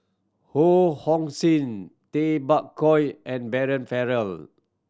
Ho Hong Sing Tay Bak Koi and Brian Farrell